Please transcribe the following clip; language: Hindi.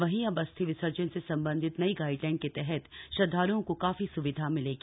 वहीं अब अस्थि विसर्जन से संबंधित नई गाइडलाइन के तहत श्रद्धालुओं को काफी सुविधा मिलेगी